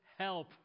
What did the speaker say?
help